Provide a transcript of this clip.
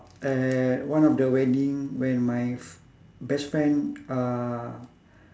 at one of the wedding when my f~ best friend uh